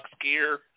gear